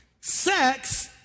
Sex